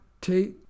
take